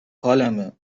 حالمه